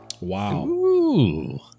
Wow